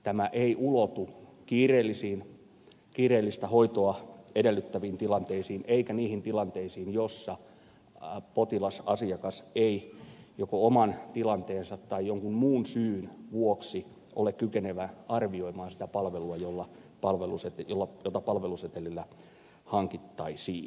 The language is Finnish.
tämä ei ulotu kiireellistä hoitoa edellyttäviin tilanteisiin eikä niihin tilanteisiin joissa potilas asiakas ei joko oman tilanteensa tai jonkun muun syyn vuoksi ole kykenevä arvioimaan sitä palvelua jota palvelusetelillä hankittaisiin